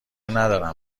ندارم